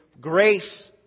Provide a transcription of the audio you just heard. grace